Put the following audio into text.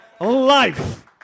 life